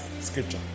scripture